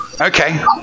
Okay